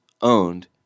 owned